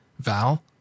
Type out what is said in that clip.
Val